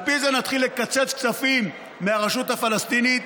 ועל פי זה נתחיל לקצץ כספים מהרשות הפלסטינית.